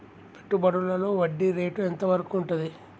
పెట్టుబడులలో వడ్డీ రేటు ఎంత వరకు ఉంటది?